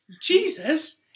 Jesus